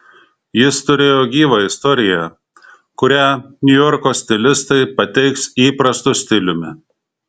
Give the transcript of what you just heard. jis turėjo gyvą istoriją kurią niujorko stilistai pateiks įprastu stiliumi